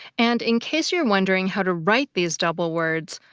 and in case you're wondering how to write these double words,